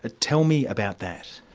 ah tell me about that.